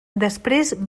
després